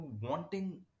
wanting